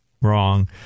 wrong